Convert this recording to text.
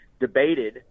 debated